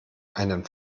einen